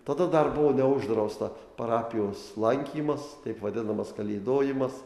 tada dar buvo uždrausta parapijos lankymas taip vadinamas kalėdojimas